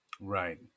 Right